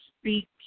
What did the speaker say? speak